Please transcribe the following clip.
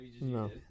No